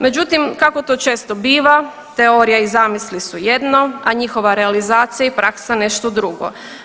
Međutim, kako to često biva teorija i zamisli su jedno, a njihova realizacija i praksa nešto drugo.